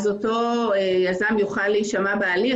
אותו יזם יוכל להישמע בהליך,